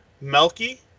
Melky